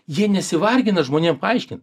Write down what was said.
jie nesivargina žmonėm paaiškint